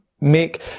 make